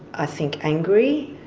i think, angry.